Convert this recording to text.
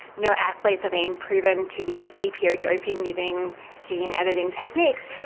no athletes have been proven to be epo doping using gene editing techniques,